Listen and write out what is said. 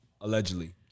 Allegedly